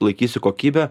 laikysiu kokybę